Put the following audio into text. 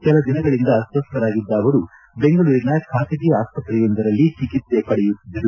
ಕೆಲ ದಿನಗಳಿಂದ ಅಸ್ವಸ್ತರಾಗಿದ ಅವರು ಬೆಂಗಳೂರಿನ ಖಾಸಗಿ ಆಸ್ವತ್ರೆಯೊಂದರಲ್ಲಿ ಚಿಕಿತ್ಸೆ ಪಡೆಯುತ್ತಿದ್ದರು